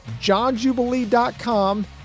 johnjubilee.com